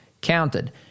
counted